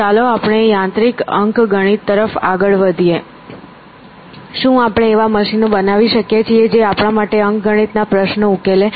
તો ચાલો આપણે યાંત્રિક અંકગણિત તરફ આગળ વધીએ શું આપણે એવા મશીનો બનાવી શકીએ છીએ જે આપણા માટે અંકગણિત ના પ્રશ્નો ઉકેલે